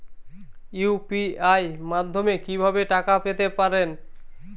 UPI মাধ্যমে কি ভাবে টাকা পেতে পারেন?